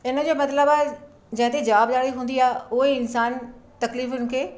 हिन जो मतिलबु आहे जंहिं ते जवाबदारी हूंदी आहे उ ई इंसानु तक़लीफ़ुनि खे